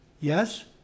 Yes